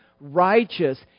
Righteous